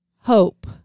hope